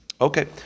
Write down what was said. Okay